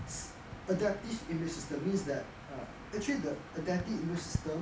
is adaptive immune system means that err actually the adaptive immune system